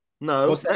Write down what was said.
No